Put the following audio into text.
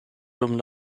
dum